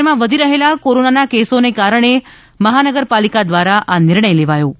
શહેરમાં વધી રહેલા કોરોનાના કેસોને કારણે મહાનગરપાલિકા દ્વારા આ નિર્ણય લેવાયો છે